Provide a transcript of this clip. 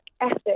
ethic